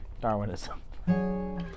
Darwinism